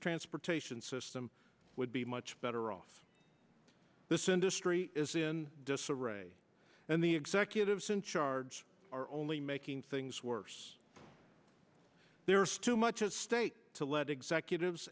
transportation system would be much better off this industry is in disarray and the executives in charge are only making things worse there is too much at stake to let executives